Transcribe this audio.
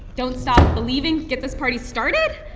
don't stop believing, get this party started?